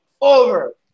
over